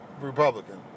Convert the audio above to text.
Republican